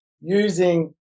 using